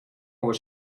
was